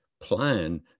plan